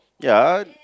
ya